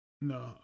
No